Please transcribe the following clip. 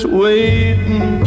waiting